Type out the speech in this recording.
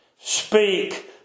Speak